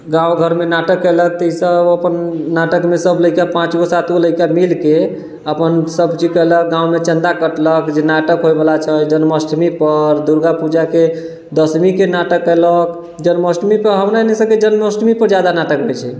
गाम घरमे नाटक केलक तऽ ई सब अपन नाटकमे सब पाँच गो सात गो लइका मिलिके अपन सबचीज केलक गाममे चन्दा कटलक जे नाटक होइवला छै जन्माष्टमीपर दुर्गापूजाके दशमीके नाटक केलक जन्माष्टमीपर हमे जन्माष्टमीपर ज्यादा नाटक होइ छै